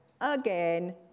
again